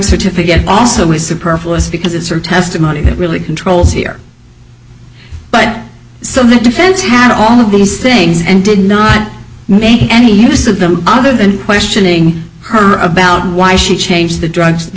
certificate also is superfluous because it's her testimony that really controls here but so the defense had all of these things and did not make any his of them other than questioning her about why she changed the drugs